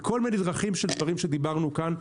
בכל מיני דרכים של דברים שדיברנו כאן.